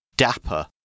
Dapper